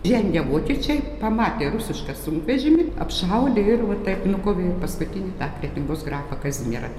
žengę vokiečiai pamatė rusišką sunkvežimį apšaudė ir va taip nukovė paskutinį tą kretingos grafą kazimierą